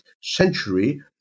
century